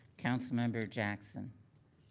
councilmember jackson.